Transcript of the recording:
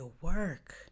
work